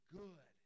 good